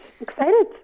Excited